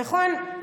נכון.